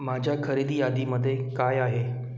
माझ्या खरेदी यादीमध्ये काय आहे